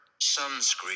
sunscreen